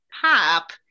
Pop